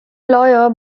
lawyer